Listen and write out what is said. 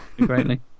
greatly